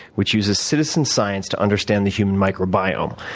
which uses citizens science to understand the human microbiome.